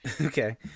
Okay